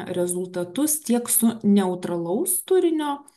rezultatus tiek su neutralaus turinio